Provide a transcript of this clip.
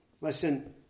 listen